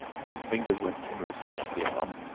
and his fingers went timorously up the arm,